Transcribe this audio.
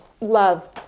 Love